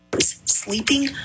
sleeping